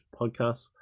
podcasts